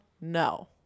No